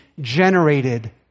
generated